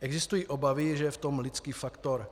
Existují obavy, že je v tom lidský faktor.